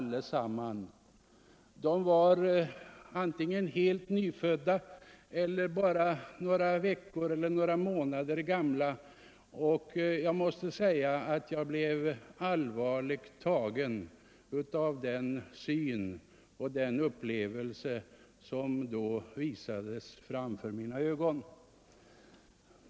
De var antingen helt nyfödda eller bara några veckor eller några månader gamla. Jag måste säga att jag blev allvarligt tagen av den syn som då visades framför mina ögon.